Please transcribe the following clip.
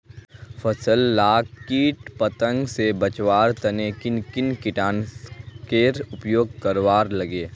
फसल लाक किट पतंग से बचवार तने किन किन कीटनाशकेर उपयोग करवार लगे?